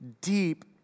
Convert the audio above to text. deep